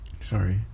Sorry